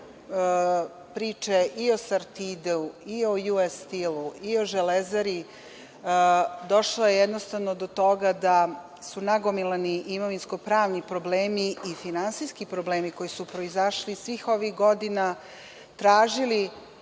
i o „Sartidu“ i o US Steel i „Železari“, došlo je jednostavno do toga da su nagomilani imovinsko-pravni problemi i finansijski problemi koji su proizašli iz svih ovih godina tražili